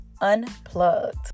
unplugged